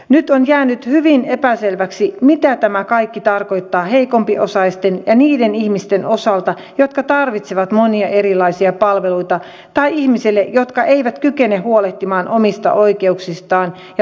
nyt on jäänyt hyvin epäselväksi mitä tämä kaikki tarkoittaa heikompiosaisten ja niiden ihmisten osalta jotka tarvitsevat monia erilaisia palveluita tai ihmisten jotka eivät kykene huolehtimaan omista oikeuksistaan ja valinnanmahdollisuuksistaan